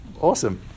Awesome